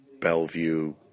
Bellevue